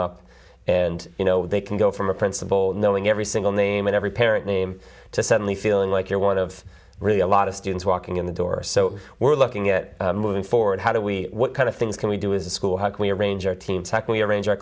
up and you know they can go from a principal knowing every single name in every parent name to suddenly feeling like you're one of really a lot of students walking in the door so we're looking at moving forward how do we what kind of things can we do is a school how can we arrange our team talk we arrange our